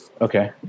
Okay